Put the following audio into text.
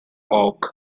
oak